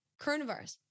coronavirus